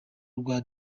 rwa